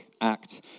act